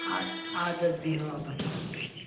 اَدٕ حظ بہیٛو رَۄبَس حَوالہٕ تُہۍ تہِ